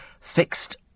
fixed